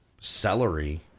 Celery